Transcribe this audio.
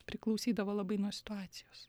priklausydavo labai nuo situacijos